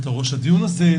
הדיון הזה,